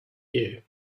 you